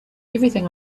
everything